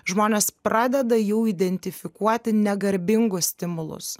žmonės pradeda jau identifikuoti negarbingus stimulus